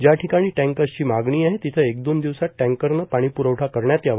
ज्या ठिकाणी टँकर्सची मागणी आहे तिथे एक दोन दिवसाआड टँकरने पाणी प्रवठा करण्यात यावा